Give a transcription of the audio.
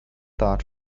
thought